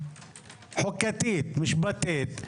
חוקתית, משפטית.